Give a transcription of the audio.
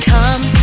Come